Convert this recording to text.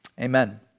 amen